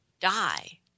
die